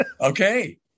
Okay